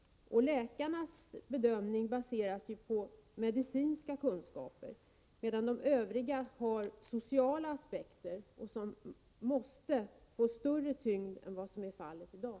Läkarnas bedömning baseras ju på medicinska kunskaper, medan de övriga lekmännen anlägger sociala aspekter, som måste få större tyngd än vad som är fallet i dag.